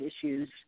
issues